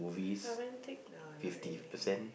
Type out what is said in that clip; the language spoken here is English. romantic no not really